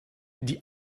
die